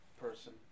person